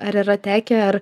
ar yra tekę ar